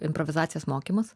improvizacijos mokymus